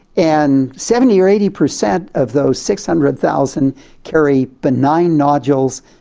and seventy or eighty per cent of those six hundred thousand carry benign nodules.